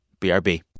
BRB